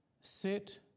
sit